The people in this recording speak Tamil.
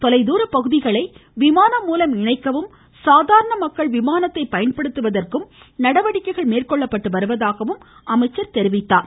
தொலைதூர பகுதிகளை விமானம் மூலம் இணைக்கவும் சாதாரண மக்கள் விமானத்தை பயன்படுத்துவதற்கும் நடவடிக்கைகள் மேற்கொள்ளப்பட்டு வருவதாக கூறினார்